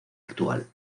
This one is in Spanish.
actual